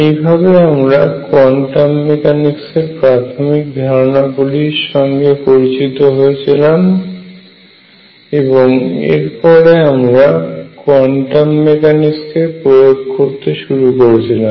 এইভাবে আমরা কোয়ান্টাম মেকানিক্সের প্রাথমিক ধারণা গুলির সঙ্গে পরিচিত হয়েছিলাম এবং এরপরে আমরা কোয়ান্টাম মেকানিক্সকে প্রয়োগ করতে শুরু করেছিলাম